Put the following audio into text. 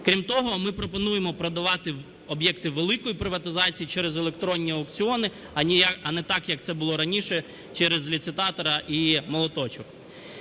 Крім того, ми пропонуємо продавати об'єкти великої приватизації через електронні аукціони, а не так, як це було раніше, через ліцитатора і молоточок.